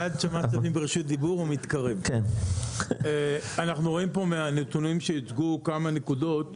אנחנו רואים פה מהנתונים שהוצגו כמה נקודות,